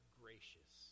gracious